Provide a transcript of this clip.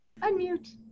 Unmute